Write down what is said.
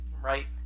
Right